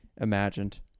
imagined